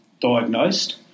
diagnosed